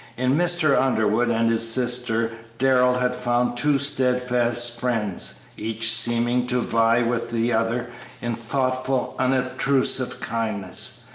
in mr. underwood and his sister darrell had found two steadfast friends, each seeming to vie with the other in thoughtful, unobtrusive kindness.